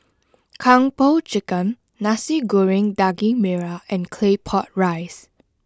Kung Po Chicken Nasi Goreng Daging Merah and Claypot Rice